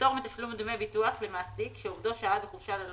פטור מתשלום דמי ביטוח למעסיק שעובדו שהה בחופשה ללא